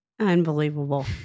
Unbelievable